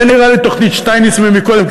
זה נראה לי תוכנית שטייניץ מקודם,